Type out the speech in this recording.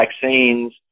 vaccines